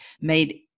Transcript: made